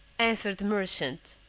answered the merchant,